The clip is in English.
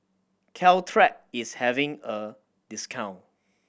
Caltrate is having a discount